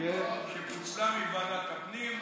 שפוצלה מוועדת הפנים.